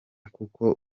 kuko